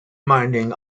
mining